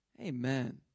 Amen